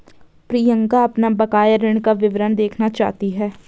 प्रियंका अपना बकाया ऋण का विवरण देखना चाहती है